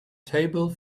table